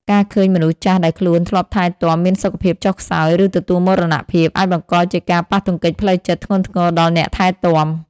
ការឃើញមនុស្សចាស់ដែលខ្លួនធ្លាប់ថែទាំមានសុខភាពចុះខ្សោយ ឬទទួលមរណភាព អាចបង្កជាការប៉ះទង្គិចផ្លូវចិត្តធ្ងន់ធ្ងរដល់អ្នកថែទាំ។